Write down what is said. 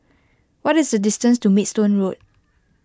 what is the distance to Maidstone Road